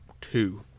two